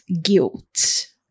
guilt